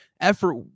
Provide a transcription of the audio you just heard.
effort